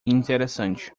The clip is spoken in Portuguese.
interessante